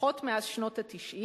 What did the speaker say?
לפחות מאז שנות ה-90,